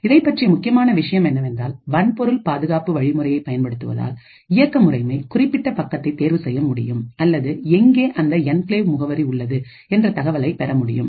இதைப்பற்றிய முக்கியமான விஷயம் என்னவென்றால்வன்பொருள் பாதுகாப்பு வழிமுறையை பயன்படுத்துவதால்இயக்க முறைமைகுறிப்பிட்ட பக்கத்தை தேர்வு செய்ய முடியும் அல்லது எங்கே அந்த என்கிளேவ் முகவரி உள்ளது என்ற தகவலை பெற முடியும்